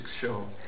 show